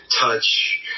touch